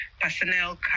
personnel